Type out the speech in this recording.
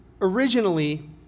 originally